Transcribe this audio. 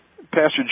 Pastor